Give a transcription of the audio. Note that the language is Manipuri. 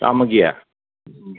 ꯆꯥꯝꯃꯒꯤ